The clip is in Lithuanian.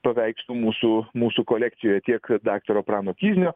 paveikslų mūsų mūsų kolekcijoje tiek daktaro prano kiznio